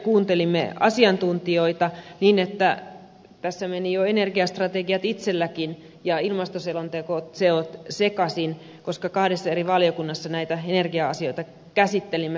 kuuntelimme asiantuntijoita niin että tässä menivät jo itselläkin energiastrategiat ja ilmastoselonteot sekaisin koska kahdessa eri valiokunnassa näitä energia asioita käsittelimme samanaikaisesti